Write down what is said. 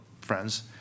friends